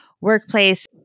workplace